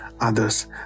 others